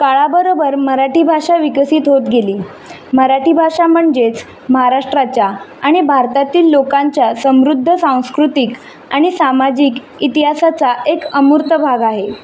काळाबरोबर मराठी भाषा विकसित होत गेली मराठी भाषा म्हणजेच महाराष्ट्राच्या आणि भारतातील लोकांच्या समृद्ध सांस्कृतिक आणि सामाजिक इतिहासाचा एक अमूर्त भाग आहे